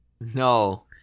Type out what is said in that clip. No